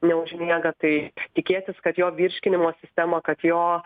neužmiega tai tikėtis kad jo virškinimo sistema kad jo